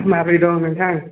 माबोरै दं नोंथां